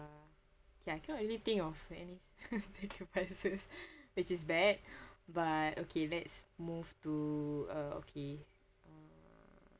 okay I cannot really think of any I don't take surprises which is bad but okay let's move to uh okay um